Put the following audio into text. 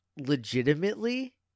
legitimately